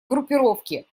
группировки